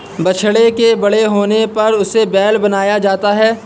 बछड़े के बड़े होने पर उसे बैल बनाया जाता है